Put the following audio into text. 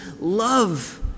love